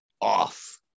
off